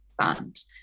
sand